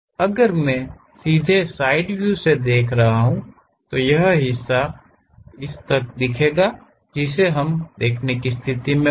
अगर मैं सीधे साइड व्यू से देख रहा हूं तो यह इस हिस्से तक होगा जिसे हम देखने की स्थिति में होंगे